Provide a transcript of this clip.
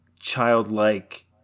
childlike